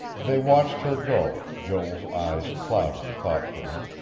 they watched her go, joel's eyes clouded thoughtfully,